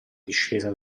discesa